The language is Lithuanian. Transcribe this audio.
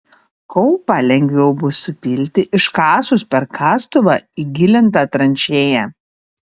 kaupą lengviau bus supilti iškasus per kastuvą įgilintą tranšėją